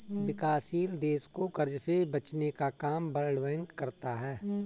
विकासशील देश को कर्ज से बचने का काम वर्ल्ड बैंक करता है